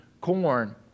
corn